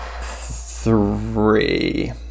three